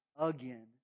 again